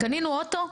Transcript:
קנינו אוטו.